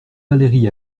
valéry